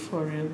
for real